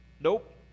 nope